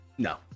No